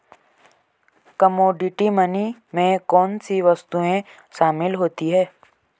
Commodity money में कौन सी वस्तुएं शामिल होती हैं?